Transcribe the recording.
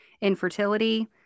infertility